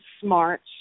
smart